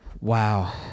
Wow